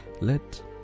let